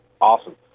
Awesome